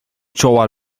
czoła